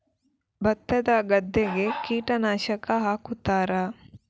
ಭತ್ತದ ಗದ್ದೆಗೆ ಕೀಟನಾಶಕ ಹಾಕುತ್ತಾರಾ?